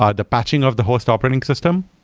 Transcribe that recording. ah the patching of the host operating system,